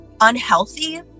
unhealthy